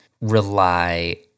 rely